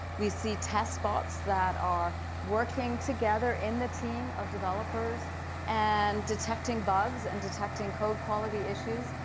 we see test bots that are working together in the team of developers and detecting bugs and detecting code quality issues,